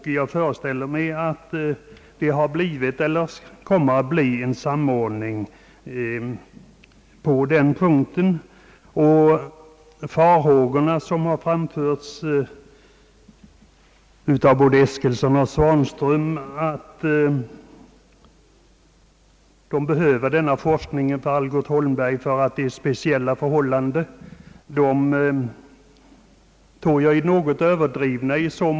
Jag föreställer mig att det blivit eller kommer att bli en samordning på denna punkt, och de farhågor som framfördes av både herr Eskilsson och herr Svanström att man behöver denna forskning just hos firman Algot Holmberg på grund av de speciella förhållandena, tror jag är något överdrivna.